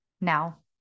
Now